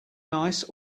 nice